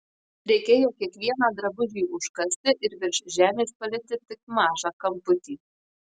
reikėjo kiekvieną drabužį užkasti ir virš žemės palikti tik mažą kamputį